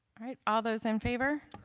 all those in favor